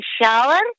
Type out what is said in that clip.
shower